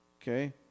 Okay